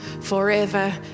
forever